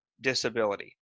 disability